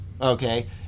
okay